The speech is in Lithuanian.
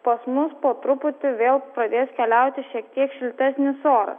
pas mus po truputį vėl pradės keliauti šiek tiek šiltesnis oras